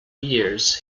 years